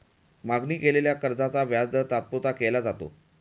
मागणी केलेल्या कर्जाचा व्याजदर तात्पुरता केला जातो